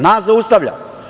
Nas zaustavlja.